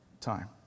time